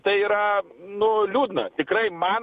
tai yra nu liūdna tikrai man